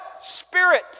Spirit